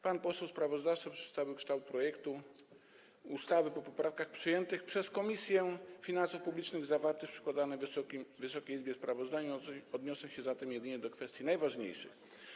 Pan poseł sprawozdawca przedstawił kształt projektu ustawy, po poprawkach przyjętych przez Komisję Finansów Publicznych, zawartego w przedkładanym Wysokiej Izbie sprawozdaniu, odniosę się zatem jedynie do kwestii najważniejszych.